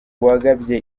wagabye